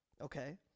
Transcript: okay